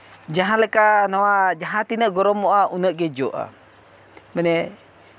ᱡᱟᱦᱟᱸ ᱞᱮᱠᱟ ᱱᱚᱣᱟ ᱡᱟᱦᱟᱸ ᱛᱤᱱᱟᱹᱜ ᱜᱚᱨᱚᱢᱚᱜᱼᱟ ᱩᱱᱟᱹᱜ ᱜᱮ ᱡᱚᱜᱼᱟ ᱢᱟᱱᱮ